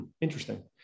interesting